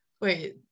wait